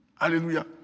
Hallelujah